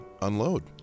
unload